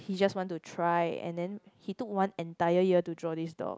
he just want to try and then he took one entire year to draw this dog